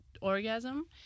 orgasm